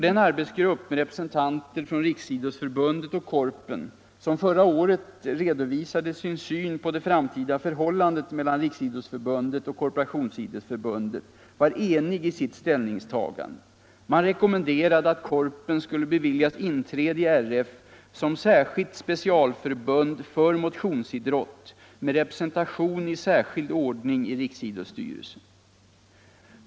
Den arbetsgrupp, med representanter från Riksidrottsförbundet och Korpen, som förra året redovisade sin syn på det framtida förhållandet mellan Riksidrottsförbundet och Korporationsidrottsförbundet var enig i sitt ställningstagande. Man rekommenderade att Korpen skulle beviljas inträde i RF som särskilt specialförbund för motionsidrott med representation i särskild ordning i Riksidrottsstyrelsen.